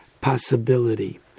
possibility